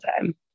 time